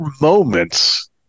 moments